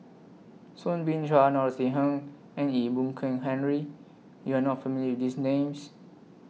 Soo Bin Chua Norothy Ng and Ee Boon Kong Henry YOU Are not familiar with These Names